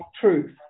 truth